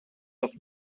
doch